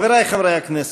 חברי חברי הכנסת,